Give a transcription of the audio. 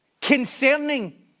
concerning